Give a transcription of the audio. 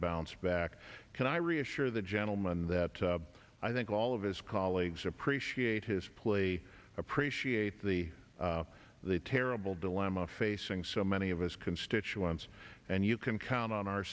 bounce back can i reassure the gentleman that i think all of his colleagues appreciate his plea appreciate the the terrible dilemma facing so many of his constituents and you can count on our